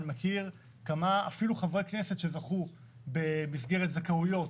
ואני מכיר אפילו כמה חברי כנסת שזכו במסגרת זכאויות